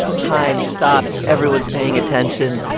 time stops. everyone's paying attention.